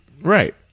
Right